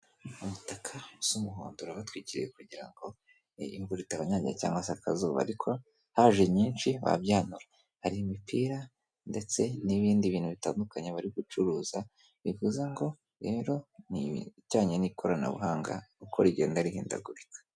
Umutaka usa umuhondo urabatwikiriye kugira ngo imvura itabanyagira cyangwa se akazuba ariko haje nyinshi babyanura, hari imipira ndetse n'ibindi bintu bitandukanye bari gucuruza bivuze ngo rero ni ibijyanye n'ikoranabuhanga uko rigenda rihindagurika.